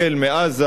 החל מעזה,